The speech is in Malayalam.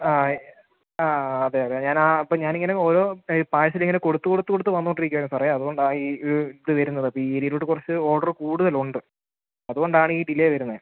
ആ ആ അതെ അതെ ഞാൻ ആ അപ്പം ഞാൻ ഇങ്ങനെ ഓരോ പാഴ്സൽ ഇങ്ങനെ കൊടുത്ത് കൊടുത്ത് കൊടുത്ത് വന്നുകൊണ്ടിരിക്കുവായിരുന്നു സാറേ അതുകൊണ്ടാണ് ഈ ഇത് വരുന്നത് അപ്പം ഈ ഏരിയയിലോട്ട് കുറച്ച് ഓർഡർ കൂടുതൽ ഉണ്ട് അതുകൊണ്ടാണ് ഈ ഡിലേ വരുന്നത്